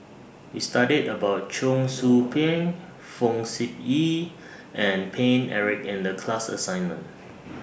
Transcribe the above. We studied about Cheong Soo Pieng Fong Sip Chee and Paine Eric in The class assignment